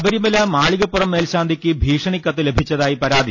ശബരിമല മാളികപ്പുറം മേൽശാന്തിക്ക് ഭീഷണി ക്കത്ത് ലഭിച്ചതായി പരാതി